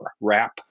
wrap